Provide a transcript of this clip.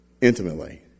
intimately